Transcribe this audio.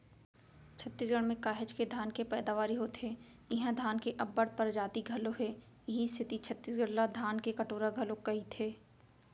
छत्तीसगढ़ म काहेच के धान के पैदावारी होथे इहां धान के अब्बड़ परजाति घलौ हे इहीं सेती छत्तीसगढ़ ला धान के कटोरा घलोक कइथें